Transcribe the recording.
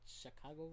Chicago